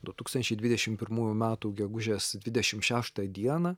du tūkstančiai dvidešim pirmųjų metų gegužės dvidešimt šeštą dieną